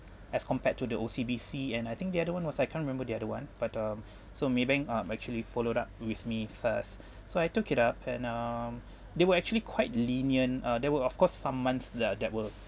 as compared to the O_C_B_C and I think the other one was I can't remember the other one but um so Maybank um actually followed up with me first so I took it up and um they were actually quite lenient uh there were of course some months there that were